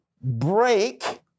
break